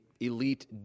elite